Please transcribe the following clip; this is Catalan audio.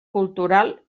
cultural